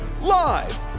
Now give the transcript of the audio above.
live